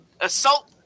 assault